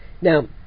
Now